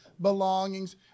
belongings